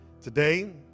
Today